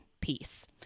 peace